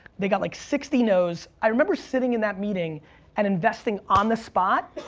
they got like sixty noes. i remember sitting in that meeting and investing on the spot,